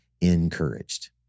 encouraged